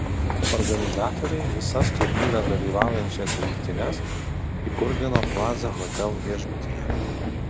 organizatoriai visas turnyre dalyvaujančias rinktines įkurdino plaza hotel viešbutyje